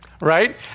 Right